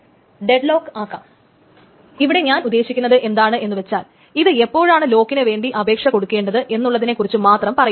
ഞാൻ ഇവിടെ ഉദ്ദേശിക്കുന്നത് എന്താണെന്ന് വെച്ചാൽ ഇത് എപ്പോഴാണ് ലോക്കിനു വേണ്ടിയുള്ള അപേക്ഷകൊടുക്കേണ്ടത് എന്നുള്ളതിനെ കുറിച്ച് മാത്രം പറയുന്നു